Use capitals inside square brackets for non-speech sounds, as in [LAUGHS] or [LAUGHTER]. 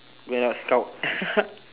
went up scout [LAUGHS]